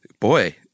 Boy